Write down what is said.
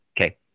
Okay